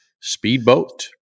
speedboat